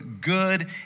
good